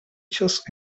chests